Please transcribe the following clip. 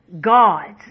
God's